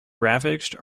ravaged